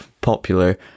popular